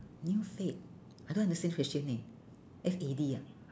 new fad I don't understand question leh F A D ah